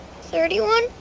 thirty-one